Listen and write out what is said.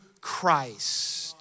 Christ